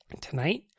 Tonight